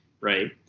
right